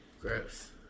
Gross